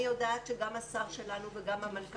אני יודעת שגם השר שלנו וגם המנכ"ל